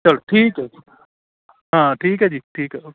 ਚੱਲ ਠੀਕ ਹੈ ਜੀ ਹਾਂ ਠੀਕ ਹੈ ਜੀ ਠੀਕ ਹੈ ਓਕੇ